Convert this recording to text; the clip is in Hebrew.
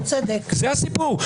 זה הסיפור?